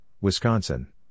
Wisconsin